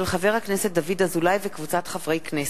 של חבר הכנסת דוד אזולאי וקבוצת חברי הכנסת.